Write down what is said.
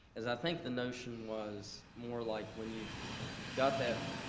as i think the notion was more like when you've got that